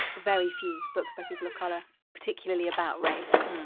very few books by people of color particularly about race.